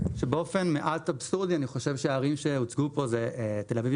שבאופן מעט אבסורדי אני חושב שהערים שהוצגו פה הן תל אביב,